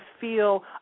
feel